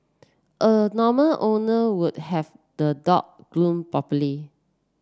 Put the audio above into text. a normal owner would have the dog groom properly